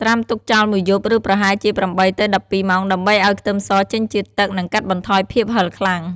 ត្រាំទុកចោលមួយយប់ ឬប្រហែលជា ៨ទៅ១២ ម៉ោង ដើម្បីឱ្យខ្ទឹមសចេញជាតិទឹក និងកាត់បន្ថយភាពហឹរខ្លាំង។